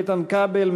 איתן כבל,